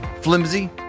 flimsy